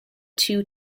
two